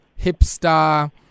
hipster